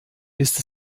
ist